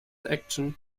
action